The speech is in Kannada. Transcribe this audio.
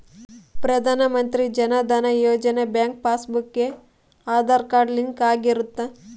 ಪ್ರಧಾನ ಮಂತ್ರಿ ಜನ ಧನ ಯೋಜನೆ ಬ್ಯಾಂಕ್ ಪಾಸ್ ಬುಕ್ ಗೆ ಆದಾರ್ ಕಾರ್ಡ್ ಲಿಂಕ್ ಆಗಿರುತ್ತ